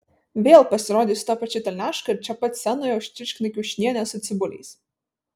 vėl pasirodei su ta pačia telniaška ir čia pat scenoje užčirškinai kiaušinienę su cibuliais